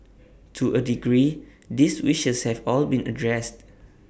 to A degree these wishes have all been addressed